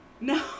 No